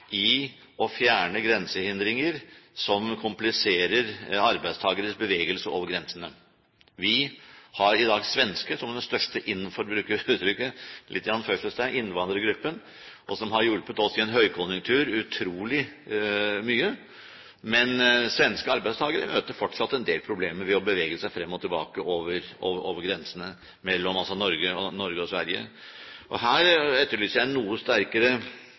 i å fjerne grensehindringer som kompliserer arbeidstakeres bevegelse over grensene. Vi har i dag svensker som den største innvandrergruppen, for å bruke det uttrykket, litt i anførselstegn, som har hjulpet oss utrolig mye i en høykonjunktur. Men svenske arbeidstakere møter fortsatt en del problemer ved å bevege seg frem og tilbake over grensene mellom Norge og Sverige. Her etterlyser jeg en noe sterkere